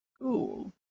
cool